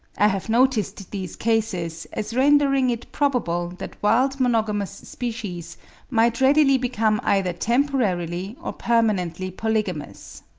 i have noticed these cases, as rendering it probable that wild monogamous species might readily become either temporarily or permanently polygamous.